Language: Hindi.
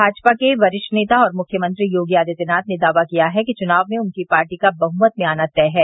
भाजपा के वरिष्ठ नेता और मुख्यमंत्री योगी आदित्यनाथ ने दावा किया है कि चुनाव में उनकी पार्टी का बहुमत में आना तय है